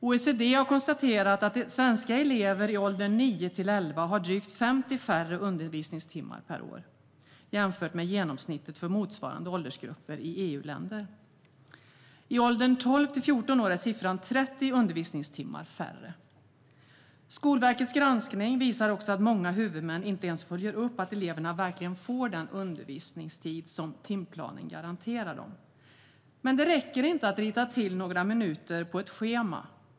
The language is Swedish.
OECD har konstaterat att svenska elever i åldern nio till elva har drygt 50 färre undervisningstimmar per år jämfört med genomsnittet för motsvarande åldersgrupper i EU-länder. I åldern tolv till fjorton år är siffran 30 undervisningstimmar färre. Skolverkets granskning visar också att många huvudmän inte ens följer upp att eleverna verkligen får den undervisningstid som timplanen garanterar dem. Men det räcker inte med att rita till några minuter på ett schema.